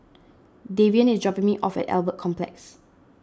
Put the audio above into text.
Davion is dropping me off at Albert Complex